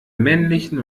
männlichen